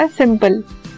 simple